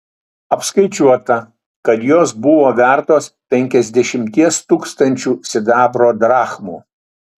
apskaičiuota kad jos buvo vertos penkiasdešimties tūkstančių sidabro drachmų